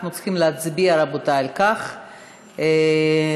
אנחנו צריכים להצביע על כך, רבותי.